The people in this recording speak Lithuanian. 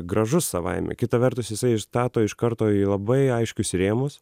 gražus savaime kitą vertus jisai įstato iš karto į labai aiškius rėmus